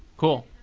cool.